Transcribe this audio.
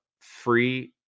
free